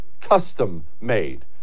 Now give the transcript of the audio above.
custom-made